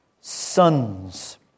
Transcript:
sons